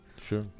sure